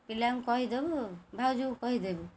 ପିଲାଙ୍କୁ କହିଦେବୁ ଭାଉଜ କୁ କହିଦେବୁ